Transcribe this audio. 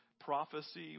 Prophecy